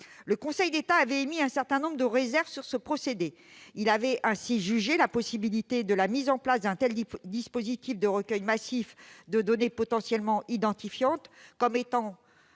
le Conseil d'État avait émis un certain nombre de réserves sur ce procédé. Il avait ainsi jugé la création d'un tel dispositif de recueil massif de données potentiellement identifiantes comme